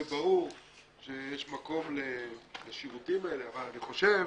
זה ברור שיש מקום לשירותים האלה אבל אני חושב